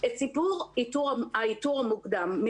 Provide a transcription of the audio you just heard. וזה סיפור האיתור המוקדם.